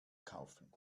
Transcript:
kaufen